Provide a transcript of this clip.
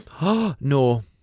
No